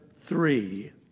three